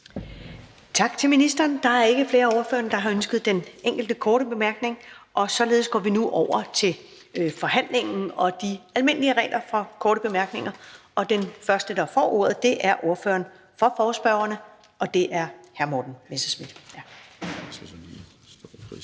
Tak til ministeren. Der er ikke flere af ordførerne, der har ønsket den ene korte bemærkning. Og således går vi nu over til forhandlingen og de almindelige regler for korte bemærkninger. Og den første, der får ordet, er ordføreren for forespørgerne, hr. Morten Messerschmidt.